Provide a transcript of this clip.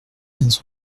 quinze